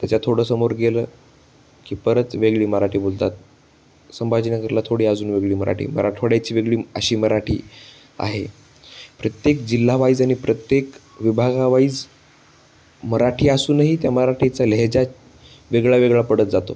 त्याच्या थोडं समोर गेलं की परत वेगळी मराठी बोलतात संभाजीनगरला थोडी अजून वेगळी मराठी मराठवाड्याची वेगळी अशी मराठी आहे प्रत्येक जिल्हावाईज आणि प्रत्येक विभागावाईज मराठी असूनही त्या मराठीचा लहेजा वेगळा वेगळा पडत जातो